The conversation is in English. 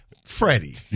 Freddie